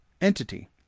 entity